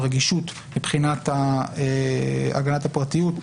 הרגישות מבחינת הגנת הפרטיות,